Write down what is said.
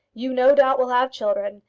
you, no doubt, will have children,